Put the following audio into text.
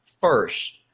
first